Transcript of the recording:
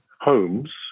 homes